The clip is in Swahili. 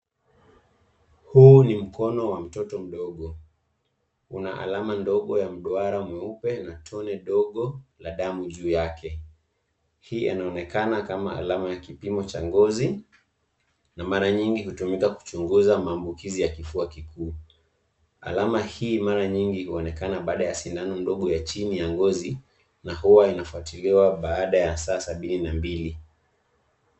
Huu ni mkono wa mtoto mdogo, una alama ndogo ya mduara mweupe na tone dogo la damu juu yake. Hii anaonekana kama alama ya kipimo cha ngozi na mara nyingi hutumika kuchunguza maambukizi ya kifua kikuu. Alama hii mara nyingi huonekana baada ya sindano ndogo ya chini ya ngozi na hua inafuatiliwa baada ya saa 72.